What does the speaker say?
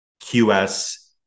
QS